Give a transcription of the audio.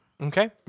Okay